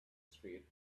straight